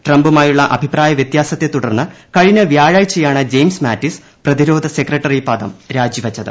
ട്രംപുമായുള്ള അഭിപ്രായ വ്യത്യാസത്തെ തുടർന്ന് കഴിഞ്ഞ വ്യാഴാഴ്ചയാണ് ജെയിംസ് മാറ്റിസ് പ്രതിരോധ സെക്രിട്ടറി പ്രദം രാജിവച്ചത്